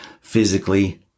physically